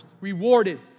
rewarded